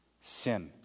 Sin